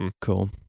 Cool